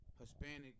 Hispanic